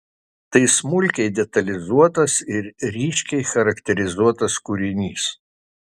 tai smulkiai detalizuotas ir ryškiai charakterizuotas kūrinys